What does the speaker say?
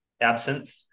absinthe